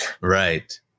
Right